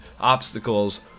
obstacles